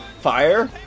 Fire